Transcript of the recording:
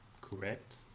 correct